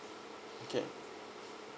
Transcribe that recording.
okay